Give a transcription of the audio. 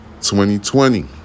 2020